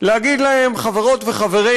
להגיד להם: חברות וחברים,